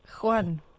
Juan